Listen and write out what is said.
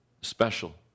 special